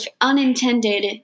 unintended